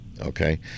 Okay